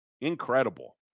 Incredible